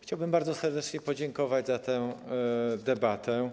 Chciałbym bardzo serdecznie podziękować za tę debatę.